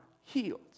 healed